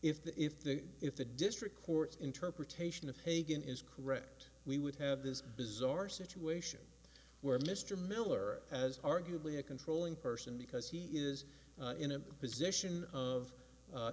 if the if the if the district court's interpretation of hagan is correct we would have this bizarre situation where mr miller has arguably a controlling person because he is in a position of